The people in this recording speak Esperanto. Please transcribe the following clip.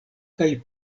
kaj